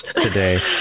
today